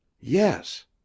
Yes